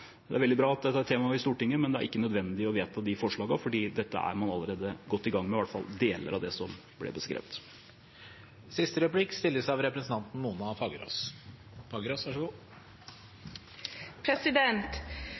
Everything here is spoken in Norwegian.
Det er veldig bra at dette er et tema i Stortinget, men det er ikke nødvendig å vedta de forslagene, for dette er man allerede godt i gang med, i hvert fall med deler av det som ble beskrevet.